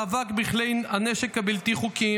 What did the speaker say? חוק המאבק בכלי הנשק הבלתי-חוקיים,